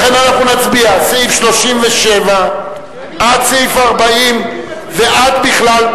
לכן אנחנו נצביע על סעיף 37 עד סעיף 40 ועד בכלל,